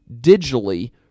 digitally